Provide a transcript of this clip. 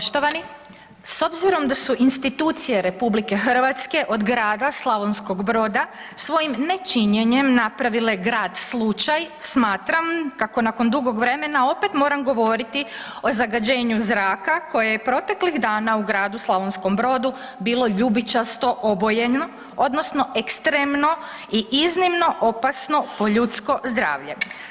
Poštovani, s obzirom da su institucije RH od grada Slavonskog Broda svojim nečinjenjem napravile „grad slučaj“ smatram kako nakon dugog vremena opet moram govoriti o zagađenju zraka koje je proteklih dana u gradu Slavonskom Brodu bilo ljubičasto obojeno odnosno ekstremno i iznimno opasno po ljudsko zdravlje.